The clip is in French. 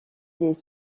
des